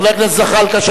חבר הכנסת זחאלקה,